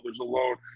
alone